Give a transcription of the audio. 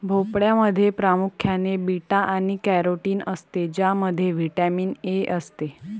भोपळ्यामध्ये प्रामुख्याने बीटा आणि कॅरोटीन असते ज्यामध्ये व्हिटॅमिन ए असते